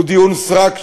הוא דיון סרק,